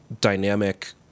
dynamic